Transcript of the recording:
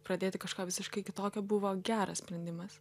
pradėti kažką visiškai kitokio buvo geras sprendimas